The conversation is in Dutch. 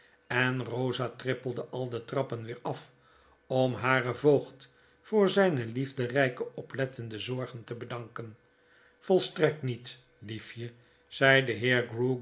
en rosa trippelde al de trappen weer af om haren voogd voor zyne liefderyke oplettende zorgen te bedanken volstrekt niet liefje zei de